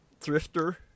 thrifter